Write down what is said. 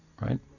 right